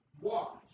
Watch